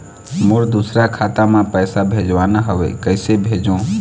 मोर दुसर खाता मा पैसा भेजवाना हवे, कइसे भेजों?